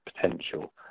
potential